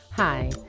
Hi